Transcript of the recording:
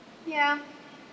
ya